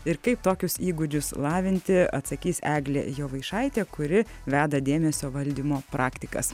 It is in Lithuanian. ir kaip tokius įgūdžius lavinti atsakys eglė jovaišaitė kuri veda dėmesio valdymo praktikas